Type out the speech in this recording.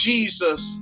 Jesus